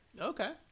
Okay